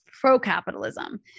pro-capitalism